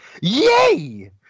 Yay